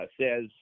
says